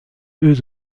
eux